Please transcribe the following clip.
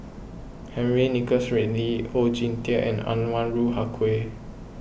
Henry Nicholas Ridley Oon Jin Teik and Anwarul Haque